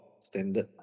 standard